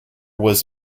was